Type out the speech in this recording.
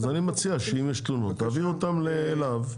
אז אני מציע שאם יש תלונות תעביר אותן אליו.